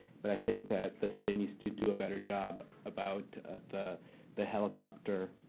but i think that the city needs to do a better job about the the helicopter